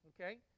Okay